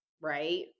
Right